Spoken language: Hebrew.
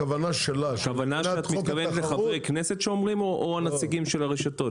את מתכוונת לחברי כנסת שאומרים או לנציגי הרשתות?